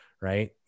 right